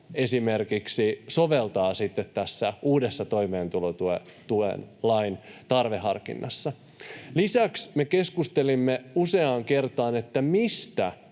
sitten tässä uudessa toimeentulotukilain tarveharkinnassa? Lisäksi me keskustelimme useaan kertaan siitä, että mistä